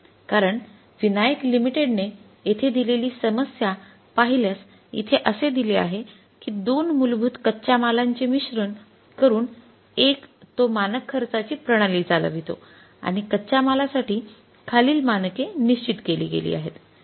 कारण विनायक लिमिटेडने येथे दिलेली समस्या पाहिल्यास इथे असे दिले आहे कि दोन मूलभूत कच्च्या मालांचे मिश्रण करून एक तो मानक खर्चाची प्रणाली चालवितो आणि कच्च्या मालासाठी खालील मानके निश्चित केली गेली आहेत